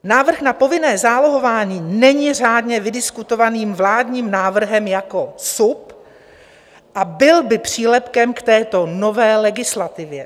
Návrh na povinné zálohování není řádně vydiskutovaným vládním návrhem jako SUP a byl by přílepkem k této nové legislativě.